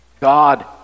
God